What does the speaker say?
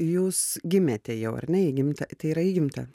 jūs gimėte jau ar ne įgimta tai yra įgimta